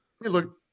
look